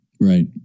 Right